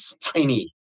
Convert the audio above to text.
tiny